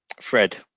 Fred